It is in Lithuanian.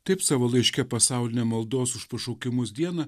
taip savo laiške pasaulinę maldos už pašaukimus dieną